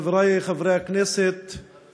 חברי חברי הכנסת,